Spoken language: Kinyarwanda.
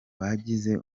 bagize